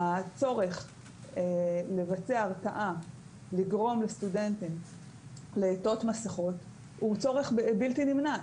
הצורך לבצע הרתעה ולגרום לסטודנטים לעטות מסכות הוא צורך בלתי נמנע.